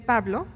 Pablo